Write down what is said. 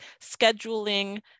scheduling